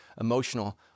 emotional